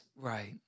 Right